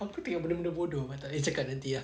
aku tengok benda-benda bodoh macam dia cakap nanti ah